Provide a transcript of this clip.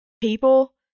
people